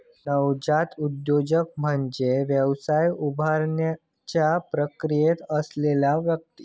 नवजात उद्योजक म्हणजे व्यवसाय उभारण्याच्या प्रक्रियेत असणारो व्यक्ती